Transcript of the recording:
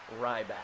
Ryback